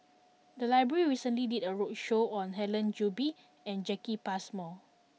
the library recently did a roadshow on Helen Gilbey and Jacki Passmore